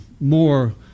more